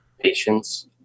patients